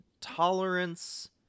tolerance